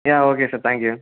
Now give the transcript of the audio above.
yeah okay sir thank you